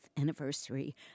anniversary